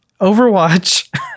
Overwatch